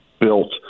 built